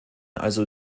also